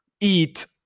eat